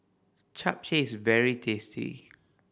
japchae is very tasty